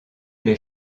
les